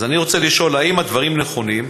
אז אני רוצה לשאול: האם הדברים נכונים?